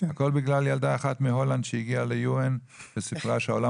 הכל בגלל ילדה אחת מהולנד שהגיעו לאו"ם וסיפרה שהעולם